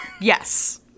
Yes